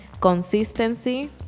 consistency